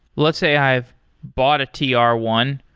let's say i've bought a t r one.